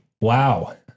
Wow